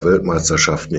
weltmeisterschaften